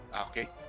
okay